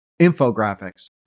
infographics